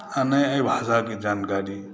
आ नहि एहि भाषाके जानकारी